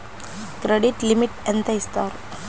Credit limit ఎంత ఇస్తారు?